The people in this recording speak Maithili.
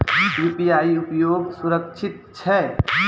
यु.पी.आई उपयोग सुरक्षित छै?